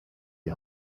die